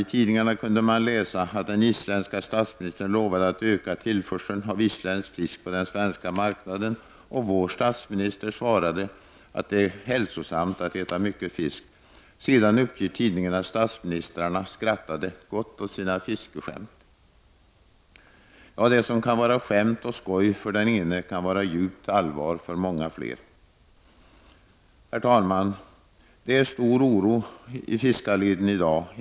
I tidningarna kunde man läsa att den isländske statsministern lovade att öka tillförseln av isländsk fisk på den svenska marknaden, och vår statsminister svarade att det är hälsosamt att äta mycket fisk. Sedan uppger tidningen att statsministrarna skrattade gott åt sina fiskeskämt. Ja, det som kan vara skämt och skoj för den ene kan vara djupt allvar för många andra. Herr talman! Det är stor oro i fiskarleden i dag.